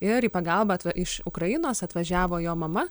ir į pagalbą atva iš ukrainos atvažiavo jo mama